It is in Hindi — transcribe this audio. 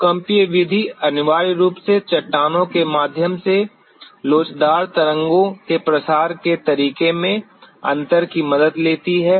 भूकंपीय विधि अनिवार्य रूप से चट्टानों के माध्यम से लोचदार तरंगों के प्रसार के तरीके में अंतर की मदद लेती है